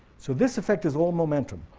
so this effect is all momentum.